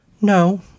No